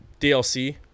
DLC